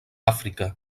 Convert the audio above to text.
àfrica